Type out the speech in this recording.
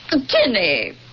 Jenny